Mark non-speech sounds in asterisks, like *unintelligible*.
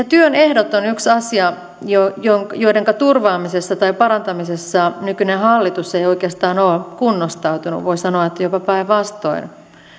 *unintelligible* työn ehdot on yksi asia jonka turvaamisessa tai parantamisessa nykyinen hallitus ei oikeastaan ole kunnostautunut voi sanoa että jopa päinvastoin